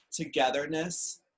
togetherness